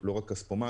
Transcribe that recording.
זה לא רק כספומט,